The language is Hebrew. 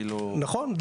נכון.